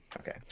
Okay